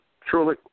truly